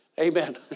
Amen